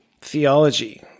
theology